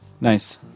nice